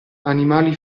animali